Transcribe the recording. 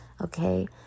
okay